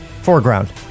foreground